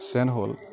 send হ'ল